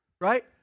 right